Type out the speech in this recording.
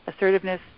assertiveness